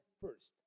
first